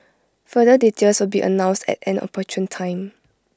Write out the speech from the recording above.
further details will be announced at an opportune time